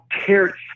care